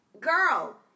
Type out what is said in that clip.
girl